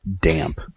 Damp